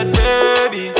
baby